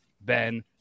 ben